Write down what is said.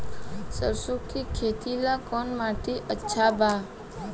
सरसों के खेती ला कवन माटी अच्छा बा?